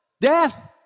Death